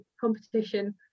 competition